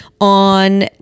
on